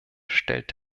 stellt